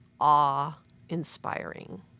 awe-inspiring